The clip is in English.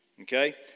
Okay